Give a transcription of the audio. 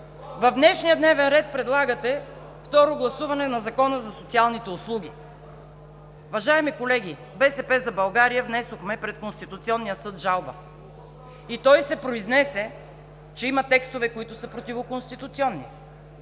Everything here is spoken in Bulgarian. в днешния дневен ред предлагате второ гласуване на Закона за социалните услуги. Уважаеми колеги, „БСП за България“ внесохме пред Конституционния съд жалба и той се произнесе, че има текстове, които са противоконституционни.